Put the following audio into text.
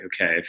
okay